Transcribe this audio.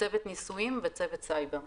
צוות ניסויים וצוות סייבר.